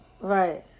Right